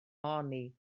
ohoni